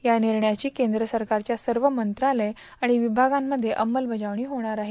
या निर्णयाची केंद्र सरकारच्या सर्व मंत्रालय आणि विभागांमध्ये अंमलवजावणी होणार आहे